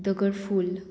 दगडफूल